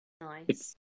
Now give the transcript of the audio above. Nice